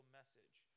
message